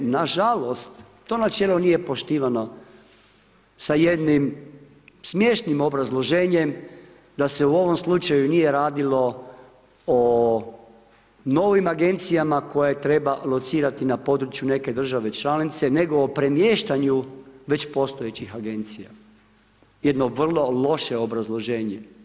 Nažalost to načelo nije poštivano sa jednim smiješnim obrazloženjem da se u ovom slučaju nije radilo o novim agencijama koje treba locirati na području neke države članice nego o premještanju već postojećih agencija, jedno vrlo loše obrazloženje.